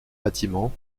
bâtiment